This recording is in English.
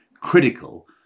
critical